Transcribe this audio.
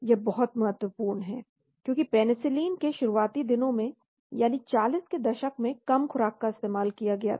यह बहुत महत्वपूर्ण है क्योंकि पेनिसिलिन के शुरुआती दिनों में यानी 40 के दशक में कम खुराक का इस्तेमाल किया गया था